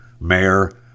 Mayor